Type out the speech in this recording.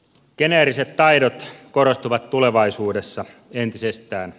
geneeriset taidot korostuvat tulevaisuudessa entisestään